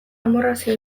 amorrazio